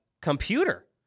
computer